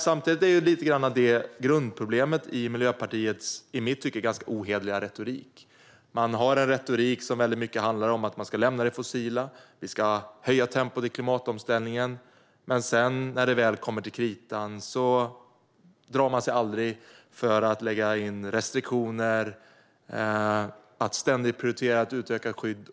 Samtidigt är detta grundproblemet i Miljöpartiets i mitt tycke ohederliga retorik. Retoriken handlar mycket om att lämna det fossila och att höja tempot i klimatomställningen, men när det väl kommer till kritan drar man sig aldrig för att lägga in restriktioner och ständigt prioritera ett utökat skydd.